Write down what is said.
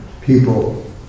people